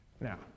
Now